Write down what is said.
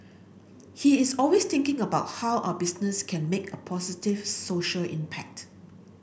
he is always thinking about how our business can make a positive social impact